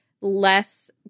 less